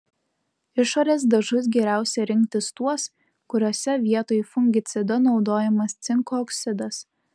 išorės dažus geriausia rinktis tuos kuriuose vietoj fungicido naudojamas cinko oksidas